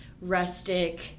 rustic